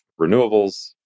renewables